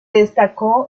destacó